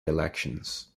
elections